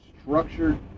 structured